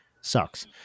sucks